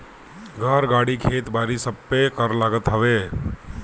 घर, गाड़ी, खेत बारी सबपे कर लागत हवे